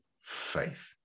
faith